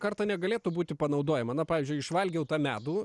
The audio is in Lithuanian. kartą negalėtų būti panaudojama na pavyzdžiui išvalgiau tą medų